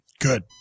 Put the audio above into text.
Good